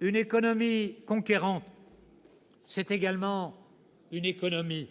Une économie conquérante, c'est également une économie